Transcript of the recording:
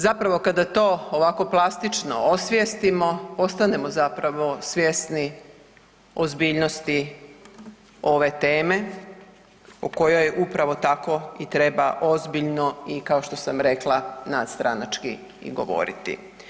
Zapravo kada to ovako plastično osvijestimo ostanemo zapravo svjesni ozbiljnosti ove teme o kojoj upravo tako treba ozbiljno i kao što sam rekla nadstranački i govoriti.